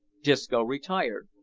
disco retired,